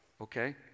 Okay